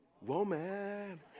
woman